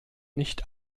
nicht